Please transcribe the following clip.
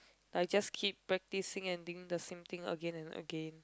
like just keep practicing and being the same thing again and again